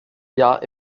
jahr